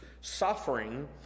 suffering